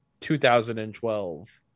2012